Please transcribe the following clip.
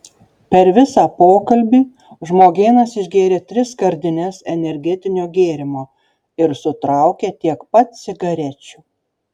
per visą pokalbį žmogėnas išgėrė tris skardines energetinio gėrimo ir sutraukė tiek pat cigarečių